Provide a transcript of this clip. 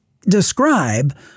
describe